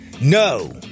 No